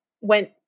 went